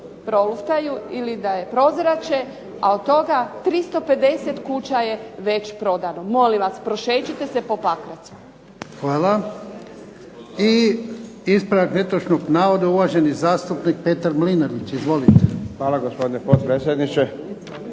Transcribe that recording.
proluftaju ili da je prozrače, a od toga 350 kuća je već prodano. Molim vas, prošećite se po Pakracu. **Jarnjak, Ivan (HDZ)** Hvala. I ispravak netočnog navoda, uvaženi zastupnik Petar Mlinarić. Izvolite. **Mlinarić,